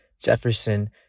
Jefferson